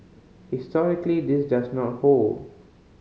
historically this does not hold